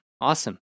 awesome